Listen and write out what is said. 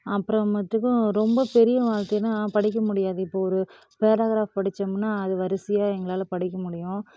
அப்புறமேட்டுக்கு ரொம்ப பெரிய வார்த்தையெல்லாம் படிக்க முடியாது இப்போ ஒரு பேரக்ராஃப் படிச்சோம்ன்னா அது வரிசையாக எங்களால் படிக்க முடியும்